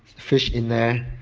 fish in there,